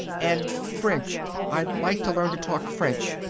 and french. i'd like to learn to talk french.